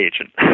agent